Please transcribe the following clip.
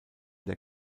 der